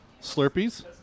Slurpees